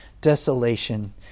desolation